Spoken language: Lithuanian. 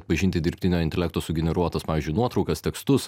atpažinti dirbtinio intelekto sugeneruotas pavyzdžiui nuotraukas tekstus